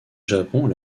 japon